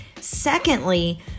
Secondly